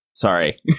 Sorry